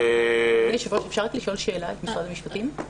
אני מבקשת לשאול את נציגת משרד המשפטים,